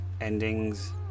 endings